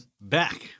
back